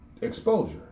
exposure